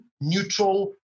neutral